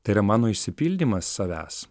tai yra mano išsipildymas savęs